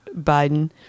Biden –